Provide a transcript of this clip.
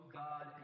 god